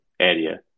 area